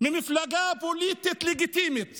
ממפלגה פוליטית לגיטימית